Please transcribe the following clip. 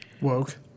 Woke